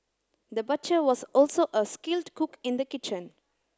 the butcher was also a skilled cook in the kitchen